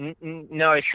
No